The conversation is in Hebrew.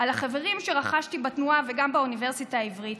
על החברים שרכשתי בתנועה וגם באוניברסיטה העברית,